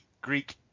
Greek